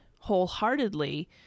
wholeheartedly